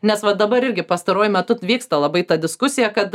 nes va dabar irgi pastaruoju metu vyksta labai ta diskusija kad